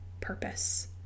purpose